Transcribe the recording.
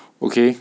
okay